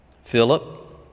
Philip